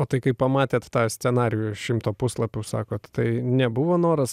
o tai kai pamatėt tą scenarijų šimto puslapių sakot tai nebuvo noras